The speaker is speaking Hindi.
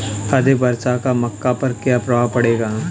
अधिक वर्षा का मक्का पर क्या प्रभाव पड़ेगा?